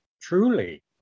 truly